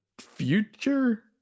future